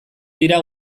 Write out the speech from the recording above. dira